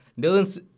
Dylan